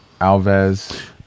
Alves